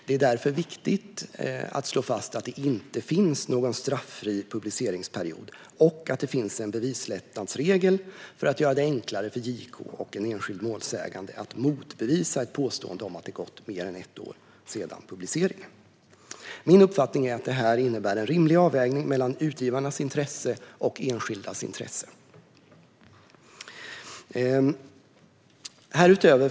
Det är därför viktigt att slå fast att det inte finns någon straffri publiceringsperiod, och att det finns en bevislättnadsregel för att göra det enklare för JK och en enskild målsägande att motbevisa ett påstående om att det gått mer än ett år sedan publiceringen. Min uppfattning är att detta innebär en rimlig avvägning mellan utgivarnas och enskildas intresse. Fru talman!